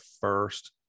first